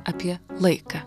apie laiką